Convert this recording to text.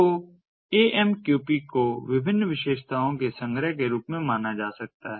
तो A M Q P को विभिन्न विशेषताओं के संग्रह के रूप में माना जा सकता है